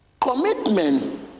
commitment